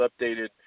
updated